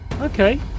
okay